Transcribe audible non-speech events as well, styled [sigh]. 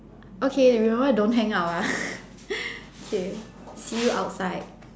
okay remember don't hang up ah [laughs] K see you outside